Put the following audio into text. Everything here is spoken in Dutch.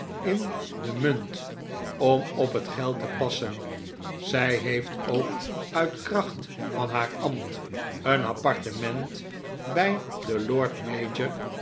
in de munt om op het geld te passen zij heeft ook uit kracht van haar ambt een appartement bij den lord mayor